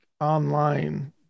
online